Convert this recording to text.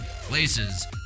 places